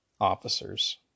officers